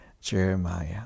Jeremiah